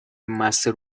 master